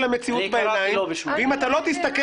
המציאות בעיניים --- אני קראתי לו בשמו.